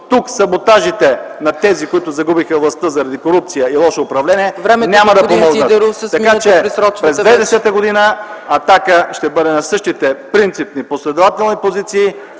Тук саботажите на тези, които загубиха властта заради корупция и лошо управление, няма да помогнат, така че през 2010 г. „Атака” ще бъде на същите принципни, последователни позиции